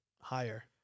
Higher